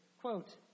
Quote